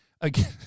again